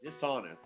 dishonest